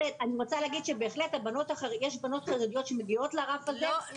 אני רוצה להגיד שבהחלט יש בנות חרדיות שמגיעות לרף הזה.